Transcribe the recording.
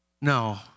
No